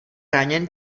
raněn